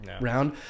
round